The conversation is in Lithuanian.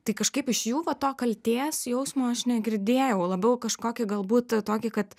tai kažkaip iš jų va to kaltės jausmo aš negirdėjau labiau kažkokį galbūt tokį kad